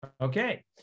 Okay